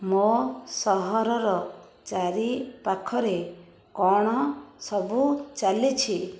ମୋ ସହରର ଚାରିପାଖରେ କ'ଣ ସବୁ ଚାଲିଛି